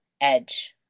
edge